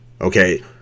Okay